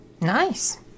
Nice